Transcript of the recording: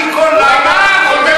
אני כל לילה, הוא אמר.